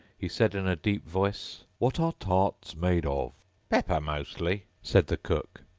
he said in a deep voice, what are tarts made of pepper, mostly said the cook.